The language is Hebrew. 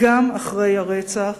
גם אחרי הרצח,